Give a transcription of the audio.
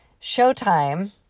showtime